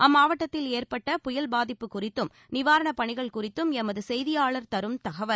அம்மாவட்டத்தில் ஏற்பட்ட புயல் பாதிப்பு குறித்தும் நிவாரணப் பணிகள் குறித்தும் எமது செய்தியாளர் தரும் தகவல்